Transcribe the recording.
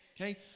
Okay